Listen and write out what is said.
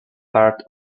part